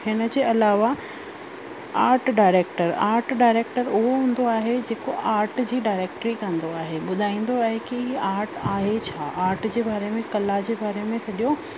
हिन जे अलावा आर्ट डायरेक्टर आर्ट डायरेक्टर उहो हूंदो आहे जेके आर्ट जी डायरेक्टरी कंदो आहे ॿुधाईंदो आहे की आर्ट आहे छा आर्ट जे बारे में कला जे बारे में सॼो